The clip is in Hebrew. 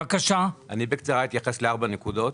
בקצרה אני אתייחס לארבע נקודות.